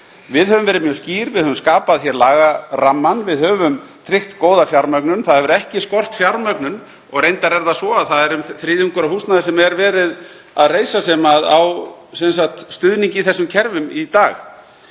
Við höfum verið mjög skýr. Við höfum skapað hér lagarammann, við höfum tryggt góða fjármögnun, fjármögnun hefur ekki skort og reyndar er það svo að um þriðjungur af húsnæði sem er verið að reisa á stuðning í þessum kerfum í dag.